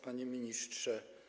Panie Ministrze!